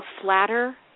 flatter